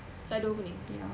tak ada opening